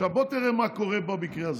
עכשיו בוא תראה מה קורה במקרה הזה.